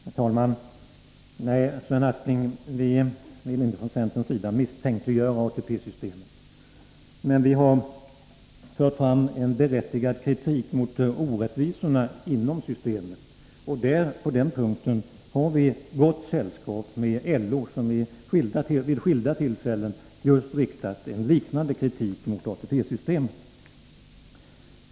Herr talman! Nej, Sven Aspling, vi vill inte från centerns sida misstänkliggöra ATP-systemet. Men vi har fört fram en berättigad kritik mot orättvisorna inom systemet. På den punkten har vi gott sällskap av LO, som vid skilda tillfällen just riktat en liknande kritik mot ATP-systemet.